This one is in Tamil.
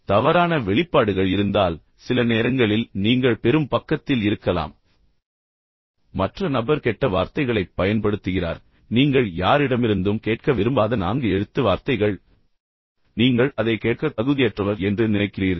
தவறான வெளிப்பாடுகள் இருந்தால் சில நேரங்களில் நீங்கள் பெறும் பக்கத்தில் இருக்கலாம் மற்ற நபர் கெட்ட வார்த்தைகளைப் பயன்படுத்துகிறார் நீங்கள் யாரிடமிருந்தும் கேட்க விரும்பாத நான்கு எழுத்து வார்த்தைகள் மேலும் நீங்கள் அதைக் கேட்கத் தகுதியற்றவர் என்று நினைக்கிறீர்கள்